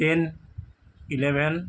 ten eleven